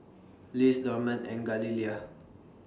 Liz Dorman and Galilea